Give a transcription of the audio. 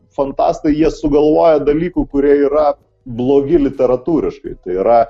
fantastai jie sugalvoja dalykų kurie yra blogi literatūriškai tai yra